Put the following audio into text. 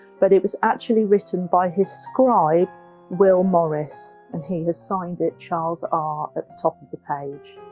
but it was actually written by his scribe will morice and he has signed it charles r at the top of the page.